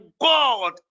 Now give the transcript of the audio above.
God